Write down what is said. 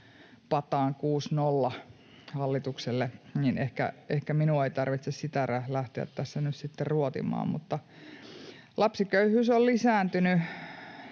kuusi—nolla hallitukselle, niin että ehkä minun ei tarvitse sitä lähteä tässä nyt sitten ruotimaan. Lapsiköyhyys on lisääntynyt